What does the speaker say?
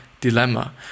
dilemma